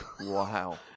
Wow